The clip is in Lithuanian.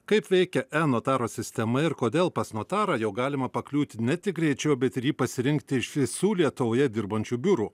kaip veikia enotaro sistema ir kodėl pas notarą jau galima pakliūti ne tik greičiau bet ir jį pasirinkti iš visų lietuvoje dirbančių biurų